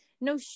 no